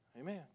Amen